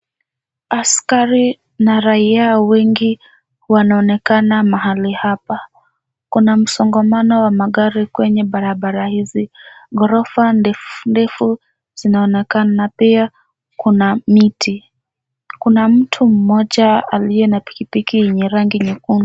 Askari na raia wengi wanaonekana mahali hapa. Kuna msongamano wa magari kwenye barabara hizi. Ghorofa ndefu ndefu zinaonekana na pia kuna miti. Kuna mtu mmoja aliye na pikipiki yenye rangi nyekundu.